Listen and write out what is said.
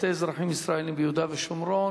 בנושא: הריסת בתי אזרחים ישראלים ביהודה ושומרון.